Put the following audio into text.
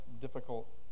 difficult